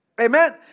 Amen